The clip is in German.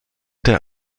der